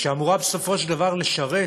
שאמורה בסופו של דבר לשרת